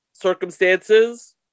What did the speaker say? Circumstances